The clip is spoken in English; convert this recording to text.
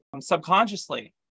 subconsciously